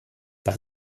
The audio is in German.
das